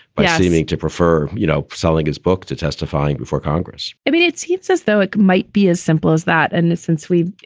but seeming to prefer, you know, selling his book to testifying before congress i mean, it seems as though it might be as simple as that. and since we've,